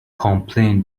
complain